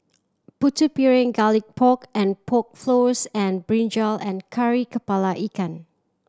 Putu Piring Garlic Pork and Pork Floss and brinjal and Kari Kepala Ikan